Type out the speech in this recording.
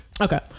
Okay